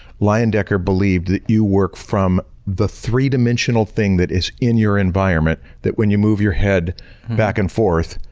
leyendecker believed that you work from the three-dimensional thing that is in your environment, that when you move your head back and forth,